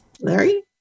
Larry